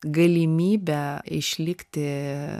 galimybę išlikti